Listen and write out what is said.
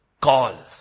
Call